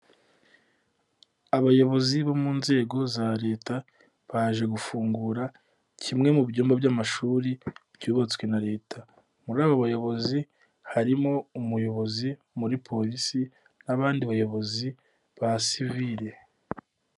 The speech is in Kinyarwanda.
Abayobozi bo mu nzego za Leta baje gufungura kimwe mu byumba by'amashuri byubatswe na Leta, muri aba bayobozi harimo umuyobozi muri Polisi n'abandi bayobozi ba sivile.